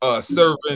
serving